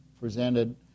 presented